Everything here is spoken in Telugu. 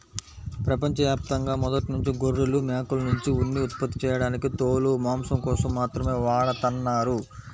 ప్రపంచ యాప్తంగా మొదట్నుంచే గొర్రెలు, మేకల్నుంచి ఉన్ని ఉత్పత్తి చేయడానికి తోలు, మాంసం కోసం మాత్రమే వాడతన్నారు